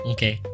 Okay